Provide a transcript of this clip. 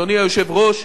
אדוני היושב-ראש,